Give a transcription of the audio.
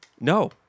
No